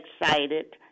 excited